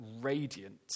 radiant